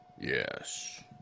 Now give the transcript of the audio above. Yes